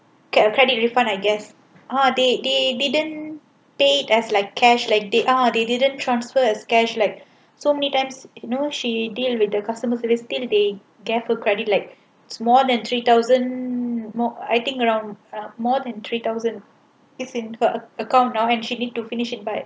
can get your credit refund I guess uh they they didn't paid as like cash like they are they didn't transfer as cash like so many times no she deal with the customer service till they gave her credit like its more than three thousand mile I think around more than three thousand is in her account now and she need to finish it by